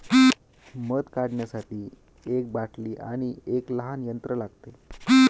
मध काढण्यासाठी एक बाटली आणि एक लहान यंत्र लागते